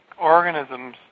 organisms